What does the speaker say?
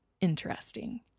interesting